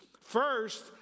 First